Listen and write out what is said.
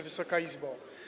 Wysoka Izbo!